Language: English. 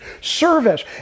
service